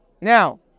Now